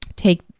take